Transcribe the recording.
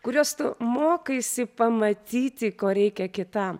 kuriuos tu mokaisi pamatyti ko reikia kitam